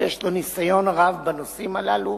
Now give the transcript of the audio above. שיש לו ניסיון רב בנושאים הללו,